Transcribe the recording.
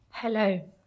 Hello